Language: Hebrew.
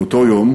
מאותו יום